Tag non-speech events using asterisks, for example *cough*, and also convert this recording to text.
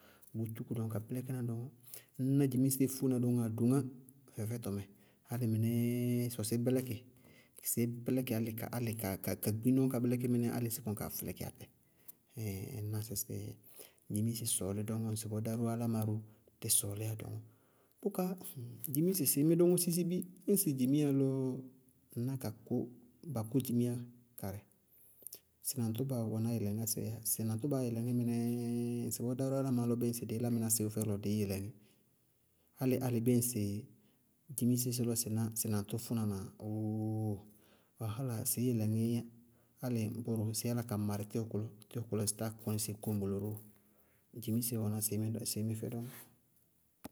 Bʋʋ tukú dɔŋɔ ka bɩlɛkína dɔŋɔ, ŋñná dzimiseé fóéna dɔŋɔ adoŋá fɛfɛtɔmɛ álɩ mɩnɛɛ sɔ sɩí bɛlɛkɩ álɩ ka gbiñ dɔŋɔ ka bɩlɛkí mɩnɛɛ álɩ sí kɔŋ kaa fɛlɛkɩ atɛ. *hesitation* ŋñná sɩ dzimise sɔɔlí dɔŋɔ ŋsɩbɔɔ dá álámɩná ró dísɔɔlíyá dɔŋɔ. Bʋká *hesitation* dzimise sɩí mí sisibi. Ñŋsɩ dzimiya lɔ ka ná ka ku ba ku dzimiya karɩ sɩ naŋtʋba wɛná yɛlɩŋásɛɛyá. Sɩ naŋtʋnaá yɛlɛŋí mɩnɛɛ ŋsɩbɔɔ dáró álámɩná lɔ bíɩ ñŋsɩ dɛ álámɩná sɩwʋ fɛdʋ lɔ dɩí yɛlɛŋí, álɩ álɩ bíɩ ñŋsɩ dzimise sí lɔ sɩ ná sɩ naŋtʋ fʋnaná, ooooh wahála sɩí yɛlɛŋííyá, álɩ ɩí bʋró sɩí yála ka marɩ tíwɔ kʋ lɔ, tíwɔ kʋ lɔ, sɩ táa kɔní sɩí kóŋ bʋlɔ ró bɔɔ. Dzimise wɛná sɩí mí fɛ sɩí mí fɛ dɔŋɔ.